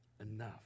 Enough